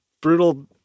brutal